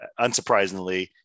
unsurprisingly